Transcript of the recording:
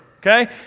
Okay